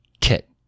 kit